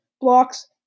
blocks